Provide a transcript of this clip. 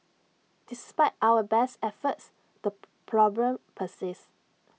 despite our best efforts the problem persists